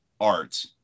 art